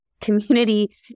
community